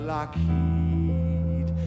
Lockheed